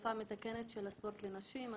העדפה מתקנת של הספורט לנשים.